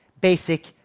basic